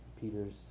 Peter's